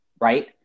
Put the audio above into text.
right